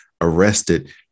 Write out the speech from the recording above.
arrested